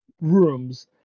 rooms